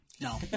No